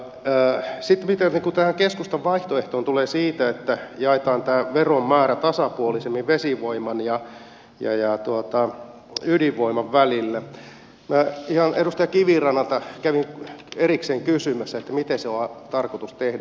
mitä sitten tulee tähän keskustan vaihtoehtoon siitä että jaetaan tämä veron määrä tasapuolisemmin vesivoiman ja ydinvoiman välille minä ihan edustaja kivirannalta kävin erikseen kysymässä miten se on tarkoitus tehdä